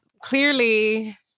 clearly